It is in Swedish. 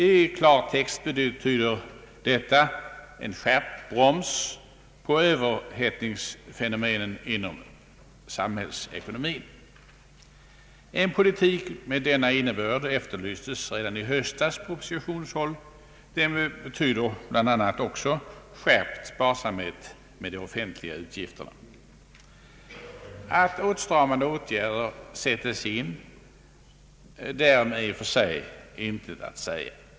I klartext betyder detta en skärpt broms på Ööverhettningsfenomenen inom samhällsekonomin. En politik med denna innebörd efterlystes redan i höstas på oppositionshåll. Som ett betydelsefullt element i densamma ingick skärpt sparsamhet med de offentliga utgifterna. Att åtstramande åtgärder sätts in — därom är i och för sig intet att säga.